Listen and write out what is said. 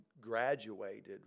graduated